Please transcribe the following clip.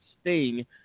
sting